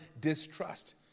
distrust